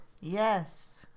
Yes